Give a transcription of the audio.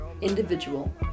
individual